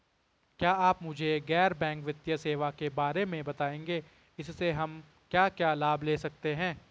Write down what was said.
क्या आप मुझे गैर बैंक वित्तीय सेवाओं के बारे में बताएँगे इसमें हम क्या क्या लाभ ले सकते हैं?